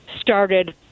started